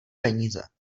peníze